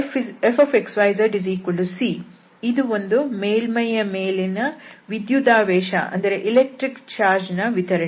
fxyzC ಇದು ಒಂದು ಮೇಲ್ಮೈಯ ಮೇಲೆ ವಿದ್ಯುದಾವೇಶದ ವಿತರಣೆ